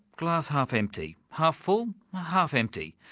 glass half empty? half full, half empty?